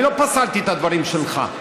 אני לא פסלתי את הדברים שלך.